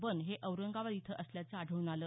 बन हे औरंगाबाद इथं असल्याचं आढळून आलं